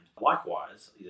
likewise